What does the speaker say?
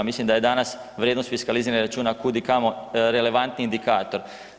Mislim da je danas vrijednost fiskaliziranih računa kud i kamo relevantni indikator.